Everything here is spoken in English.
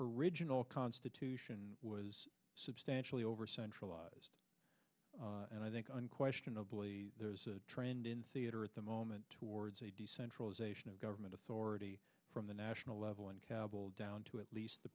original constitution was substantially over centralized and i think unquestionably there's a trend in theater at the moment towards a decentralization of government authority from the national level and kabal down to at least the